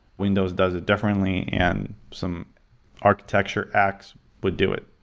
windows does it differently and some architecture acts would do it,